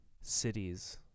cities